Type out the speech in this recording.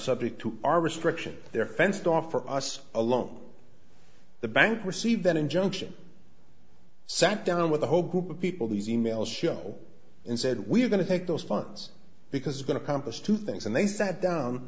subject to our restrictions their fenced off for us along the bank received an injunction sat down with a whole group of people these e mails show and said we're going to take those funds because it's going to accomplish two things and they sat down